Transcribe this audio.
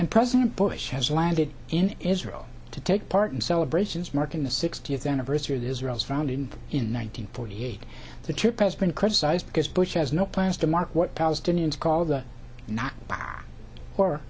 and president bush has landed in israel to take part in celebrations marking the sixtieth anniversary of israel's founding in one nine hundred forty eight the trip has been criticized because bush has no plans to mark what palestinians call the not